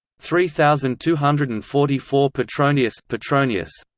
three thousand two hundred and forty four petronius petronius